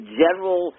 general